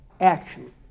action